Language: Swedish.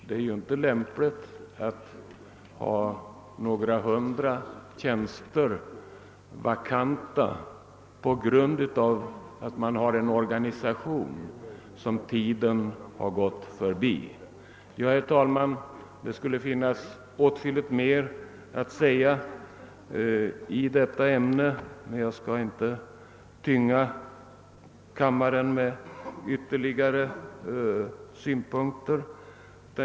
Det är ju inte lämpligt att ha några hundra tjänster vakanta på grund av att man har en organisation som tiden gått förbi. Herr talman! Det skulle finnas åtskilligt mer att säga i detta ämne, men jag skall inte tynga kammaren med ytterligare synpunkter.